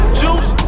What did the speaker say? juice